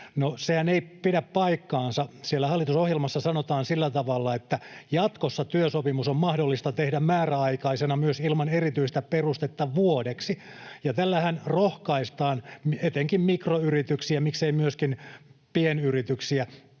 sehän ei pidä paikkaansa. Siellä hallitusohjelmassa sanotaan sillä tavalla, että jatkossa työsopimus on mahdollista tehdä määräaikaisena myös ilman erityistä perustetta vuodeksi. Ja tällähän rohkaistaan etenkin mikroyrityksiä, miksei myöskin pienyrityksiä,